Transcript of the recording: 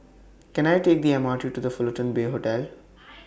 Can I Take The M R T to The Fullerton Bay Hotel